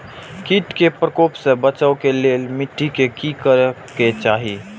किट के प्रकोप से बचाव के लेल मिटी के कि करे के चाही?